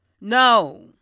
No